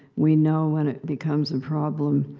we know when it becomes a problem.